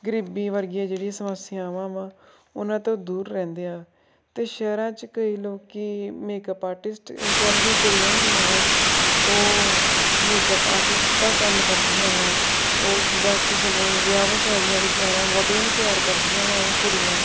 ਗਰੀਬੀ ਵਰਗੀਆਂ ਜਿਹੜੀਆਂ ਸਮੱਸਿਆਵਾਂ ਵਾ ਉਹਨਾਂ ਤੋਂ ਦੂਰ ਰਹਿੰਦੇ ਆ ਅਤੇ ਸ਼ਹਿਰਾਂ 'ਚ ਕਈ ਲੋਕ ਮੇਕਅਪ ਆਰਟਿਸਟ ਸ਼ਹਿਰਾਂ 'ਚ ਜਿ ਕੁੜੀਆਂ ਹੁੰਦੀਆਂ ਵਾ ਉਹ ਮੇਕਅਪ ਆਰਟਿਸਟ ਦਾ ਕੰਮ ਕਰਦੀਆਂ ਵਾ ਉਹ ਜਿੱਦਾਂ ਕਿਸੇ ਨੇ ਵਿਆਹ ਸ਼ਾਦੀਆਂ 'ਤੇ ਜਾਣਾ ਵਹੁਟੀਆਂ ਨੂੰ ਤਿਆਰ ਕਰਦੀਆਂ ਵਾਂ ਉਹ ਕੁੜੀਆਂ